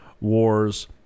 wars